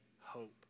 hope